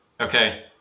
Okay